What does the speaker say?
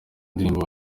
indirimbo